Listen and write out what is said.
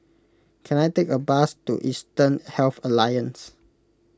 can I take a bus to Eastern Health Alliance